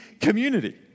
community